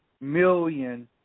million